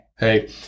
Hey